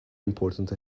important